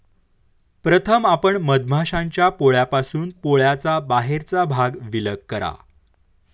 प्रथम आपण मधमाश्यांच्या पोळ्यापासून पोळ्याचा बाहेरचा भाग विलग करा